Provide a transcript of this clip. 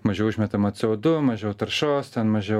mažiau išmetama co du mažiau taršos ten mažiau